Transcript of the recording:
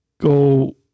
go